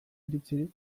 iritzirik